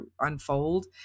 unfold